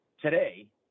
today